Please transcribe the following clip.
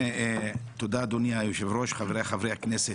תודה, אדוני היושב-ראש, חבריי חברי הכנסת.